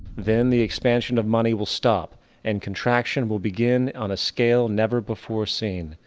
then the expansion of money will stop and contraction will begin on a scale never before seen,